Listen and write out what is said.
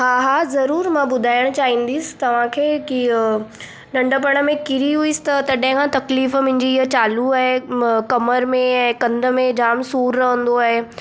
हा हा ज़रूरु मां ॿुधाइणु चाहींदसि तव्हांखे की नढपिणु में किरी हुअसि तॾहिं खां तकलीफ़ु मुंहिंजी इहा चालू आहे कमरि में ऐं कंध में जामु सूरु रहंदो आहे